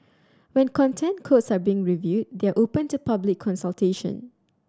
when Content Codes are being reviewed they are open to public consultation